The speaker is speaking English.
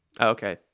okay